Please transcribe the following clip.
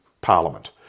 Parliament